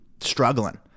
struggling